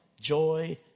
joy